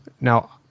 now